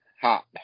Hot